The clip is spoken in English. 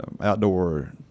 outdoor